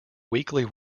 weakly